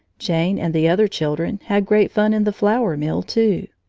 jane and the other children had great fun in the flour-mill, too.